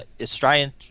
Australian